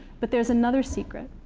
but there's another secret.